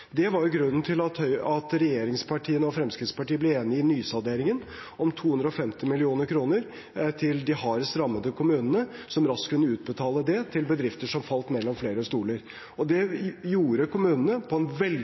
det er bedrifter som faller utenfor. Det var grunnen til at regjeringspartiene og Fremskrittspartiet i nysalderingen ble enige om 250 mill. kr til de hardest rammede kommunene, som raskt kunne utbetale det til bedrifter som falt mellom flere stoler. Det gjorde kommunene på en